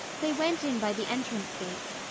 they went in by the entrance gates,